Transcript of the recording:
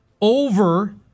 over